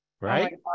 right